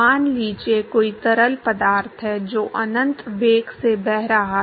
मान लीजिए कोई तरल पदार्थ है जो अनंत वेग से बह रहा है